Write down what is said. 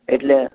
એટલે